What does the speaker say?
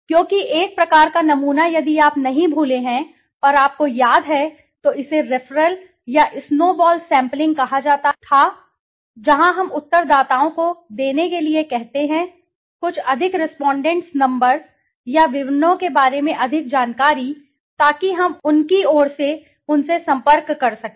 क्योंकि एक प्रकार का नमूना यदि आप नहीं भूले हैं और आपको याद है तो इसे रेफरल या स्नोबॉल सैम्पलिंग कहा जाता था जहां हम उत्तरदाताओं को देने के लिए कहते हैं कुछ अधिक रेस्पोंडेंट नंबर्स या विवरणों के बारे में अधिक जानकारी ताकि हम उनकी ओर से उनसे संपर्क कर सकें